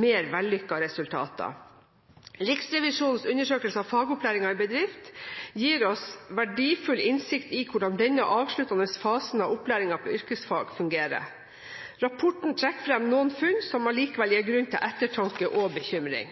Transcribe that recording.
mer vellykkede resultater. Riksrevisjonens undersøkelse av fagopplæringen i bedrift gir oss verdifull innsikt i hvordan denne avsluttende fasen av opplæringen på yrkesfag fungerer. Rapporten trekker fram noen funn som allikevel gir grunn til ettertanke og bekymring.